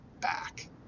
back